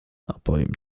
opowiem